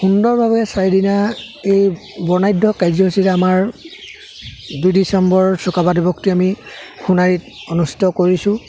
সুন্দৰভাৱে চাৰিদিনীয়া এই বৰ্ণাঢ্য কাৰ্যসূচীৰে আমাৰ দুই ডিচেম্বৰ চুকাফা দিৱসটি আমি সোণাৰীত অনুষ্ঠিত কৰিছোঁ